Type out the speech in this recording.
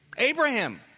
Abraham